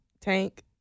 Tank